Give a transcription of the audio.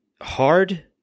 hard